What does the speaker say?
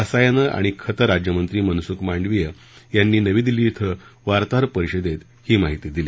रसायनं आणि खतं राज्यमंत्री मनसूख मांडविया यांनी नवी दिल्ली इथं वार्ताहर परिषदेत ही माहिती दिली